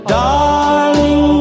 darling